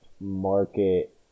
market